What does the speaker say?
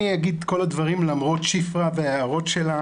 אני אגיד את כל הדברים, למרות שפרה וההערות שלה.